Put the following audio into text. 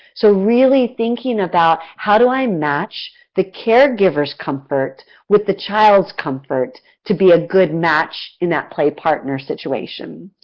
so, really thinking about, how do i match the caregiver's comfort with the child's comfort to be a good match in that play partner situation?